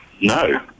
No